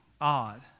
odd